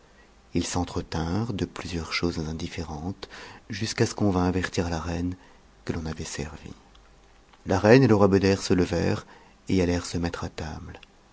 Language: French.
ils s'entretinrent de plusieurs choses indifférentes jusqu'à ce qu'on vint avertir la reine que l'on avait servi la reine et le roi beder se levèrent et allèrent se mettre à table